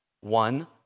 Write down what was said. one